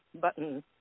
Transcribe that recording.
button